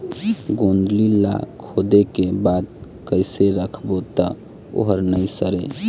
गोंदली ला खोदे के बाद कइसे राखबो त ओहर नई सरे?